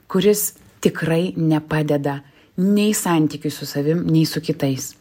kuris tikrai nepadeda nei santykiui su savimi nei su kitais